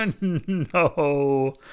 No